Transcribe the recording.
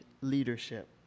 leadership